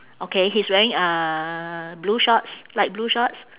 okay he's wearing uh blue shorts light blue shorts